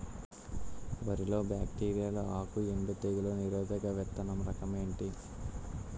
వరి లో బ్యాక్టీరియల్ ఆకు ఎండు తెగులు నిరోధక విత్తన రకం ఏంటి?